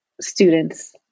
students